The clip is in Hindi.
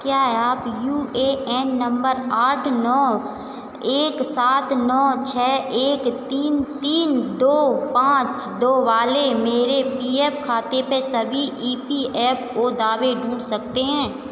क्या आप यू ए एन नम्बर आठ नौ एक सात नौ छह एक तीन तीन दो पाँच दो वाले मेरे पी एफ खाते के सभी ई पी एफ ओ दावे ढूँढ सकते हैं